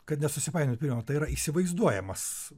kad nesusipainiot pirma tai yra įsivaizduojamas